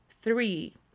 Three